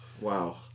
Wow